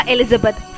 Elizabeth